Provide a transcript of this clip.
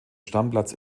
stammplatz